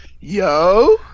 Yo